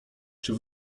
czy